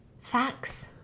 Facts